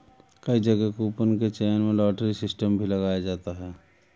कई जगह कूपन के चयन में लॉटरी सिस्टम भी लगाया जाता है